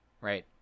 Right